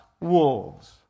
wolves